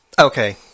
Okay